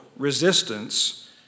resistance